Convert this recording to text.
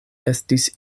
estis